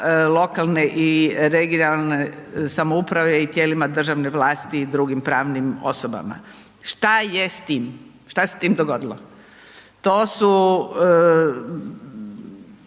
lokalne i regionalne samouprave i tijelima državne vlasti i drugim pravnim osobama. Šta je s tim? Šta se s tim dogodilo? To su